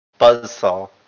Buzzsaw